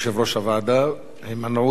בהימנעות חבר כנסת אחד.